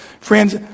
Friends